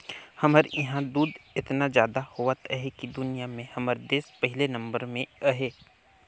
हमर इहां दूद एतना जादा होवत अहे कि दुनिया में हमर देस पहिले नंबर में अहे